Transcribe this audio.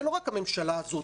זה לא רק הממשלה הזאת,